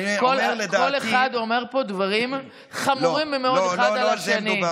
כל אחד אומר פה דברים חמורים מאוד אחד על השני.